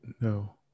No